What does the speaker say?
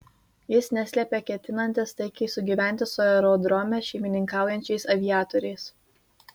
jis neslėpė ketinantis taikiai sugyventi su aerodrome šeimininkaujančiais aviatoriais